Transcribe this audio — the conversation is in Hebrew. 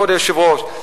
כבוד היושב-ראש,